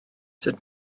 sut